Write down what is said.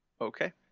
Okay